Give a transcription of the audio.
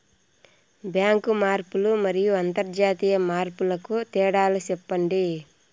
Bank మార్పులు మరియు అంతర్జాతీయ మార్పుల కు తేడాలు సెప్పండి?